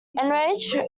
enraged